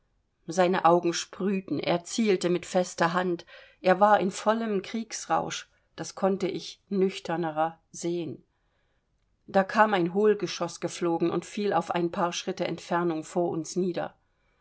seine augen sprühten er zielte mit fester hand er war in vollem kriegsrausch das konnte ich nüchterner sehen da kam ein hohlgeschoß geflogen und fiel auf ein paar schritte entfernung vor uns nieder